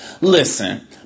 Listen